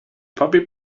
puppy